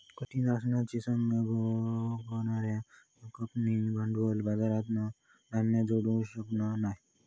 कठीण राशनाची समस्या भोगणार्यो कंपन्यो भांडवली बाजारातना धन जोडू शकना नाय